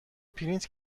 پرینت